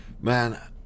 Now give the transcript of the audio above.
man